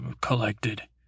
collected